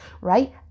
right